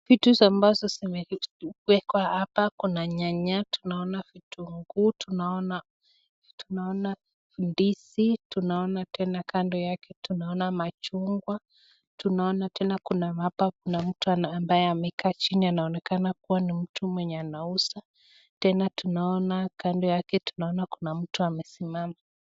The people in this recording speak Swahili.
Vitu zambazo zimekwa hapa kuna nyanya. tunaona vitu. Tunaona tunaona ndizi. Tunaona tena kando yake tunaona machungwa. Tunaona tena kuna mapa. Kuna mtu ambaye amekaa chini. Anaonekana kuwa ni mtu mwenye anauza tena. Tunaona kando yake tunaona kuna mtu amesimama.